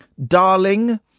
Darling